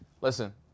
Listen